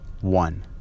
one